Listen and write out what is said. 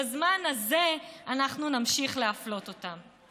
בזמן הזה אנחנו נמשיך להפלות אותם.